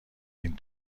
این